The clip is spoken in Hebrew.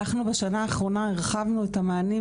עליהם, חברת הכנסת, את הצגת אותם.